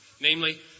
Namely